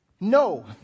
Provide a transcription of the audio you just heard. No